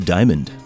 Diamond